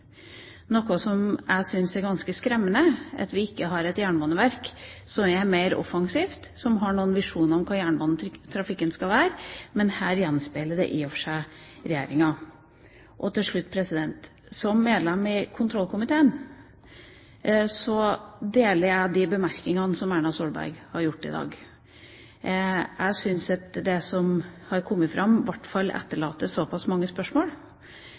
at vi ikke har et jernbaneverk som er mer offensivt, og som har noen visjoner om hvordan jernbanetrafikken skal være. Men dette gjenspeiler i og for seg Regjeringa. Til slutt: Som medlem i kontrollkomiteen er jeg enig i de bemerkningene som Erna Solberg kom med i dag. Jeg syns at det som har kommet fram, i hvert fall etterlater såpass mange spørsmål